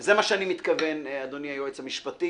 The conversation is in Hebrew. זה מה שאני מתכוון, אדוני היועץ המשפטי.